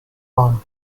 one